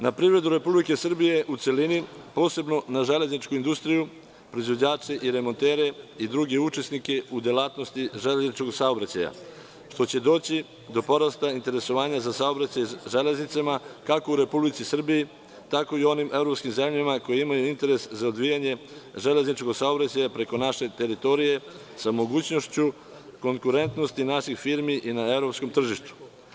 Na privredu Republike Srbije u celini, posebno na železničku industriju, proizvođači i remonteri, i druge učesnike u oblasti železničkog saobraćaja, gde će doći do porasta interesovanja za saobraćaj železnicom, kako u Republici Srbiji, tako i u onim evropskim zemljama koje imaju interes za odvijanje železničkog saobraćaja preko naše teritorije, sa mogućnošću konkurentnosti naših firmi na evropskom tržištu.